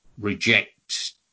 reject